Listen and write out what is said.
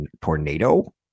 tornado